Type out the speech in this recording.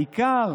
העיקר